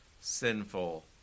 sinful